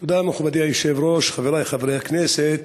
תודה, מכובדי היושב-ראש, חברי חברי הכנסת,